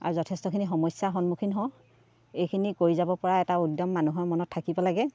আৰু যথেষ্টখিনি সমস্যাৰ সন্মুখীন হওঁ এইখিনি কৰি যাব পৰা এটা উদ্যম মানুহৰ মনত থাকিব লাগে